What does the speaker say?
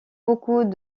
beaucoup